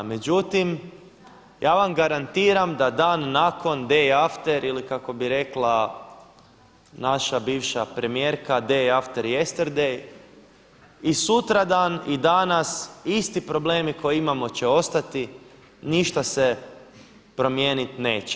Međutim, ja vam garantiram da dan nakon day after ili kako bi rekla naša bivša premijerka, day after yasterday i sutradan i danas isti problemi koje imamo će ostati, ništa se promijeniti neće.